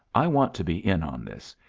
i want to be in on this.